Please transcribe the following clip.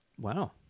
Wow